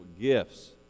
gifts